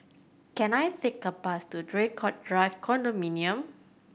can I take a bus to Draycott Drive Condominium